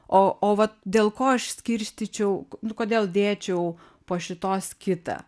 o o vat dėl ko aš skirstyčiau nu kodėl dėčiau po šitos kitą